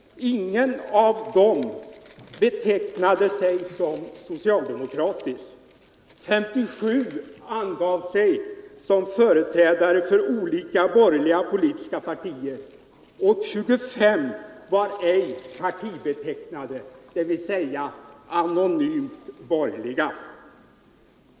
Ingen av dem betecknade sig som socialdemokratisk. 57 angav sig som företrädare för olika borgerliga politiska partier och 25 var ej partibetecknade, dvs. anonymt borgerliga.